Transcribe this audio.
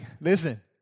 listen